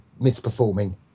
misperforming